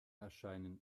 erscheinen